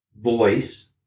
voice